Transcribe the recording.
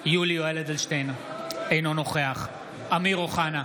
יולי יואל אדלשטיין, אינו נוכח אמיר אוחנה,